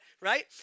right